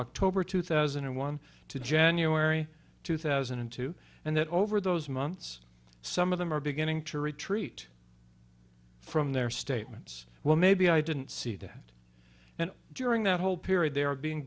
october two thousand and one to january two thousand and two and then over those months some of them are beginning to retreat from their statements well maybe i didn't see that and during that whole period they were being